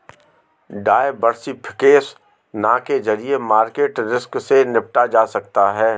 diversification के जरिए market risk से निपटा जा सकता है